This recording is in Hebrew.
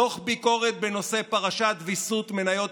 דוח ביקורת בנושא פרשת ויסות מניות